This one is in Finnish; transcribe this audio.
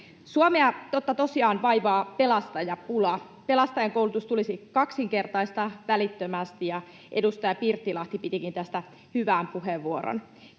totta tosiaan vaivaa pelastajapula. Pelastajankoulutus tulisi kaksinkertaistaa välittömästi, ja edustaja Pirttilahti pitikin tästä hyvän puheenvuoron.